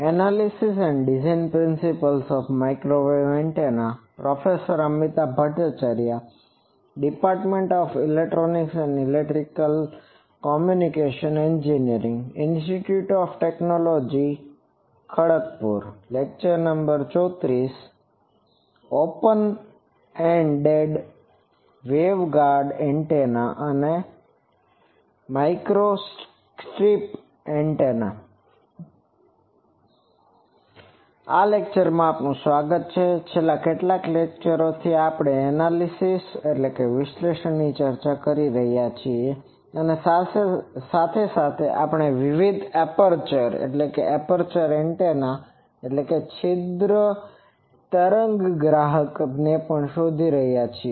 આ લેકચરમાં આપનું સ્વાગત છે છેલ્લા કેટલાક લેકચરોમાં આપણે એનાલિસીસanalysisવિશ્લેષણ વિશે ચર્ચા કરી રહ્યા હતા અને સાથે સાથે આપણે વિવિધ એપર્ચર એન્ટેનાaperture antennasછિદ્ર તરંગગ્રાહક પણ શોધી રહ્યા છીએ